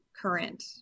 current